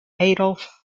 adolf